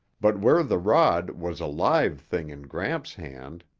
but where the rod was a live thing in gramps' hands,